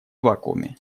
вакууме